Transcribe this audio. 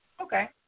Okay